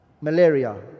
malaria